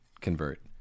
convert